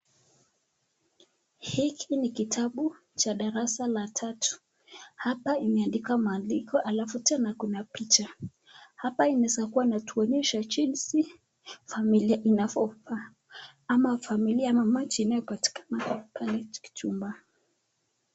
Hiki ni kitabu cha darasa la tatu. Hapa imeandikwa maandiko alafu tena kuna picha. Hapa inaweza kuwa wanatuonyesha jinsi familia inafaa kukaa ama familia inayopatikana.